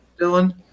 Dylan